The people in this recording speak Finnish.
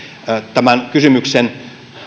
tämän kysymyksen